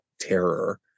terror